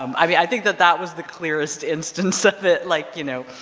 um i mean i think that that was the clearest instance of it like you know,